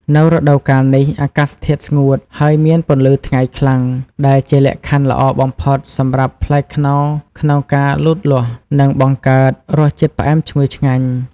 នៅរដូវនេះ អាកាសធាតុស្ងួត ហើយមានពន្លឺថ្ងៃខ្លាំង ដែលជាលក្ខខណ្ឌល្អបំផុតសម្រាប់ផ្លែខ្នុរក្នុងការលូតលាស់ និងបង្កើតរសជាតិផ្អែមឈ្ងុយឆ្ងាញ់។